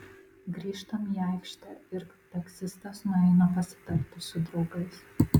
grįžtam į aikštę ir taksistas nueina pasitarti su draugais